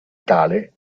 tale